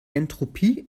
entropie